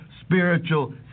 spiritual